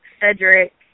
Cedric